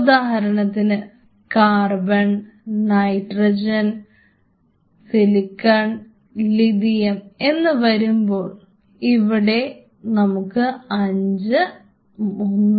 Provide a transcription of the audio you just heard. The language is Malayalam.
ഉദാഹരണത്തിന് CarbonNitrogenSiliconLithium എന്നു വരുമ്പോൾ അവിടെ നമുക്ക് 5120